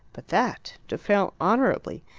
but that! to fail honourably!